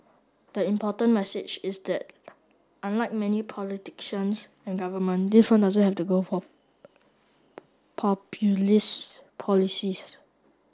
the important message is that unlike many politicians and government this one doesn't have to go for populist policies